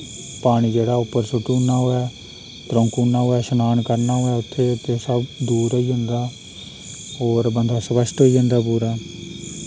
पानी जेह्ड़ा उप्पर सुट्टु ना होऐ त्रोंकु ना होऐ श्नान करना होऐ उत्थै ते सब दूर होई जंदा और बंदा स्वस्थ होई जंदा पूरा